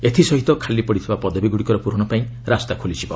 ଏଥିସହିତ ଖାଲିପଡିଥିବା ପଦବୀଗୁଡିକର ପୂରଣ ପାଇଁ ରାସ୍ତା ଖୋଲିବ